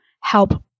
help